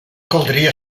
caldria